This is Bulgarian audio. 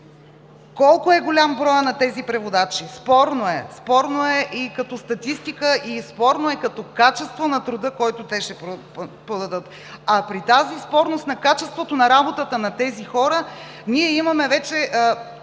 колко е голям броят на тези преводачи. Спорно е и като статистика, и като качество на труда, който те ще подадат. А при тази спорност на качеството на работата на тези хора, имаме вече